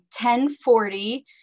1040